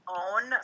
own